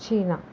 China